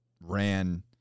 ran